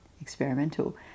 experimental